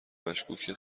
مشکوکه